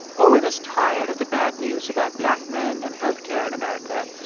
owen is tired of the bad news about black men and health care in america.